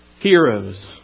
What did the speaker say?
heroes